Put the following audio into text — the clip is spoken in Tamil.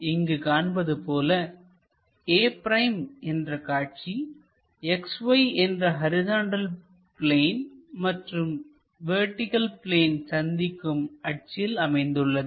இங்கு காண்பது போல a' என்று காட்சி XY என்ற ஹரிசாண்டல் பிளேன் மற்றும் வெர்டிகள் பிளேன் சந்திக்கும் அச்சில் அமைந்துள்ளது